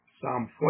Psalm